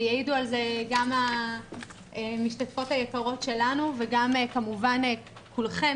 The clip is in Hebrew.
יעידו על זה גם המשתתפות היקרות שלנו וגם כמובן כולכם